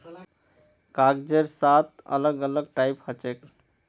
कागजेर सात अलग अलग टाइप हछेक